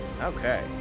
Okay